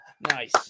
nice